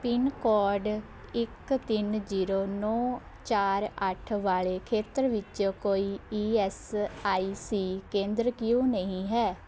pin code ਇੱਕ ਤਿੰਨ zero ਨੌ ਚਾਰ ਅੱਠ ਵਾਲੇ ਖੇਤਰ ਵਿੱਚ ਕੋਈ ਈ ਐੱਸ ਆਈ ਸੀ ਕੇਂਦਰ ਕਿਉਂ ਨਹੀਂ ਹੈ